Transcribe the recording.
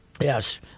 Yes